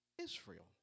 Israel